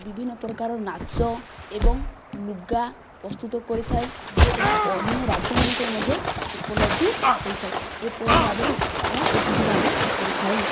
ବିଭିନ୍ନ ପ୍ରକାର ନାଚ ଏବଂ ଲୁଗା ପ୍ରସ୍ତୁତ କରିଥାଏ ଓ ଏହା ଅନ୍ୟ ରାଜ୍ୟମାନଙ୍କରେ ମଧ୍ୟ ଉପଲବ୍ଧି ହୋଇଥାଏ ଏହିପରି ଭାବରେ ଏହା ପ୍ରସିଦ୍ଧି ଲାଭ କରିଥାଏ